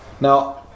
Now